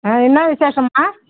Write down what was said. என்ன விசேஷம்மா